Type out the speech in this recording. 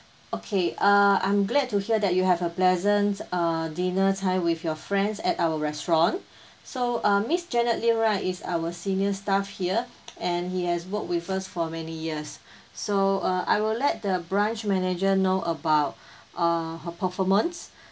okay uh I'm glad to hear that you have a pleasant err dinner time with your friends at our restaurant so uh miss janet lim right is our senior staff here and he has worked with us for many years so uh I will let the branch manager know about uh her performance